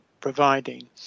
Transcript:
providing